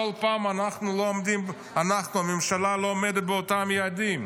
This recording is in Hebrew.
כל פעם אנחנו, הממשלה לא עומדת באותם יעדים.